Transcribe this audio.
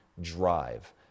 drive